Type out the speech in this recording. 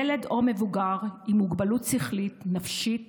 ילד או מבוגר עם מוגבלות שכלית, נפשית